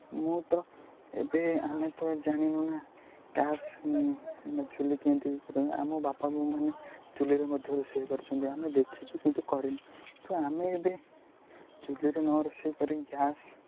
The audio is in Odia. ମୁଁ ତ ଏବେ ଆମେ ତ ଜାଣିନୁ ନା ଗ୍ୟାସ୍ ଚୁଲି କେମତି କରିନ୍ତି ଆମ ବାପା ବୋଉମାନେ ଚୁଲିରେ ମଧ୍ୟ ରୋଷେଇ କରିଛନ୍ତି ଆମେ ଦେଖିଛୁ କିନ୍ତୁ କରିନୁ ତ ଆମେ ଏବେ ଚୁଲିରେ ନ ରୋଷେଇ କରିକି ଗ୍ୟାସ୍